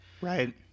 right